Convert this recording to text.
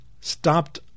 stopped